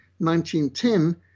1910